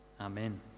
Amen